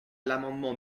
l’amendement